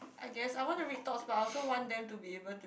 I guess I want to read thoughts but I also want them to be able to